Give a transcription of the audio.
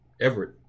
Everett